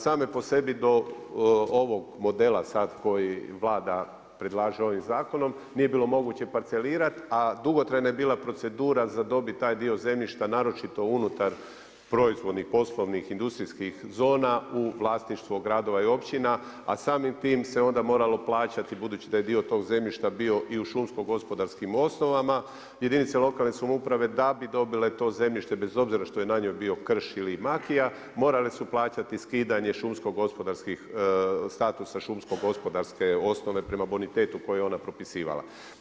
Same po sebi do ovog modela sad koji Vlada predlaže ovim zakonom, nije bilo moguće parcelirati a dugotrajna procedura za dobit taj dio zemljišta naročito unutar proizvodnih poslovnih industrijskih zona u vlasništvo gradova i općina a samim tim se onda moralo plaćati, budući da je dio tog zemljišta bio i u šumsko-gospodarskim osnovama, jedinice lokalne samouprave da bi dobile to zemljište, bez obzira što je na njoj bio krš ili makija, morale su plaćati skidanje šumsko-gospodarskih statusa šumsko-gospodarske osnove prema bonitetu koje je ona propisivala.